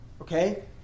okay